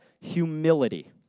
humility